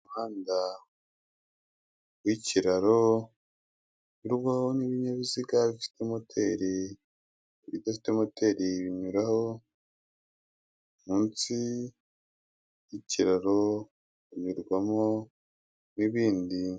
Umuhanda w'ikiraro unyurwaho n'ibinyabiziga bifite moteri, n’ibidafite moteri binyuraho. Munsi y’ikiraro binyurwamo n’ibindi.